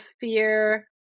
fear